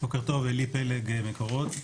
בוקר טוב, עלי פלג ממקורות.